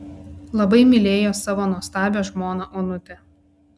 labai mylėjo savo nuostabią žmoną onutę